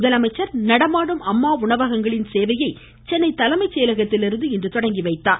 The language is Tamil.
முதலமைச்சர் நடமாடும் அம்மா உணவகங்களின் சேவையை சென்னை தலைமைச் செயலகத்தில் இன்று தொடங்கி வைத்தார்